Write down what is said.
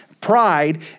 Pride